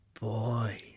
boy